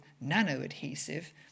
nano-adhesive